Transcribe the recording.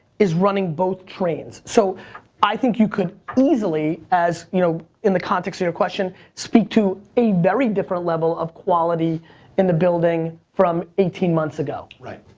is running both trains. so i think you could easily, as, you know in the context of your question, speak to a very different level of quality in the building from eighteen months ago. right.